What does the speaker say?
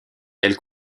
elle